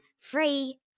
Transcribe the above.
Free